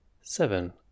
Seven